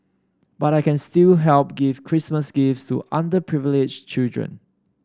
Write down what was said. but I can still help give Christmas gifts to underprivileged children